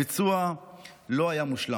הביצוע לא היה מושלם.